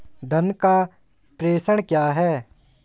धन का प्रेषण क्या है?